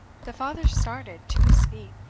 the father started to his feet,